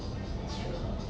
that's true